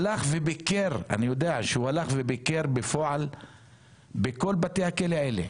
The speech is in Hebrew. הלך וביקר אני יודע שהוא הלך וביקר בפועל - בכל בתי הכלא האלה,